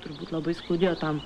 turbūt labai skaudėjo tam